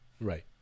Right